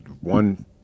one